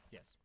Yes